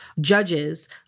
judges